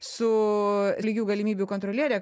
su lygių galimybių kontroliere